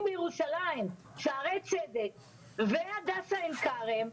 בירושלים: שערי צדק והדסה עין כרם,